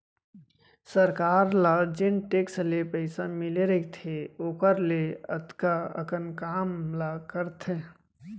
सरकार ल जेन टेक्स ले पइसा मिले रइथे ओकर ले अतका अकन काम ला करथे